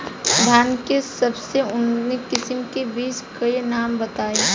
धान के सबसे उन्नत किस्म के बिज के नाम बताई?